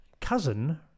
cousin